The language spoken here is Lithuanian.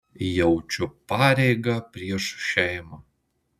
jaučiu pareigą prieš šeimą